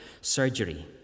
surgery